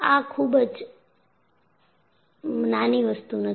આ ખુબ જ નાની વસ્તુ નથી